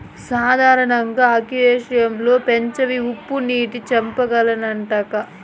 సాధారణంగా అక్వేరియం లో పెంచేవి ఉప్పునీటి చేపలేనంటక్కా